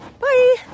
Bye